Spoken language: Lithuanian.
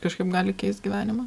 kažkaip gali keist gyvenimą